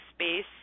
space